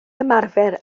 ymarfer